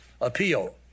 appeal